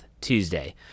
Tuesday